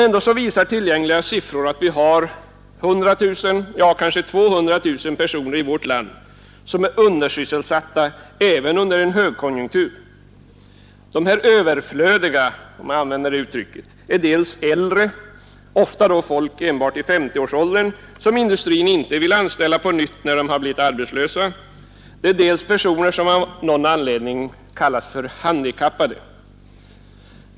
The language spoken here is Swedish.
Ändock visar tillgängliga siffror att vi har 100 000, ja kanske 200 000 personer i vårt land som är undersysselsatta även under en högkonjunktur. Dessa ”överflödiga” är dels äldre, ofta då folk endast i 50-årsåldern, som industrin inte vill anställa på nytt när de har blivit arbetslösa, dels personer som av någon anledning kallas för handikappade.